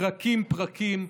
פרקים-פרקים,